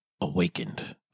awakened